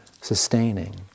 sustaining